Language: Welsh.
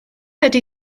ydy